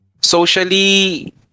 Socially